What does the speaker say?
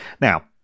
Now